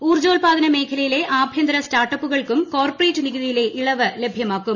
ഊർജ്ജോത്പാദന മേഖല്ലയിലെ ആഭ്യന്തര സ്റ്റാർട്ട് അപ്പുകൾക്കും കോർപ്പറേറ്റ് നികുതിയില്ലെ ഇളവ് ലഭ്യമാക്കും